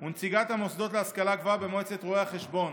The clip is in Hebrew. ונציגת המוסדות להשכלה גבוהה במועצת רואי החשבון.